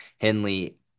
Henley